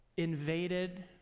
invaded